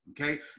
okay